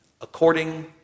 according